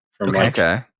Okay